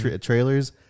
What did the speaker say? trailers